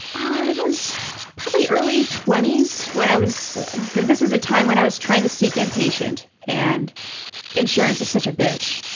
i was probably early twenty s when i was, this is a time when i was trying to seek inpatient and insurance is such a bitch.